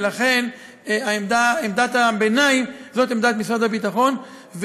ולכן עמדת הביניים היא עמדת משרד הביטחון,